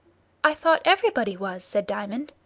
i thought everybody was, said diamond.